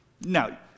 Now